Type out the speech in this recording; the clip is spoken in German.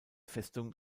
festung